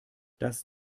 das